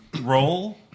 roll